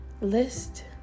List